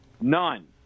None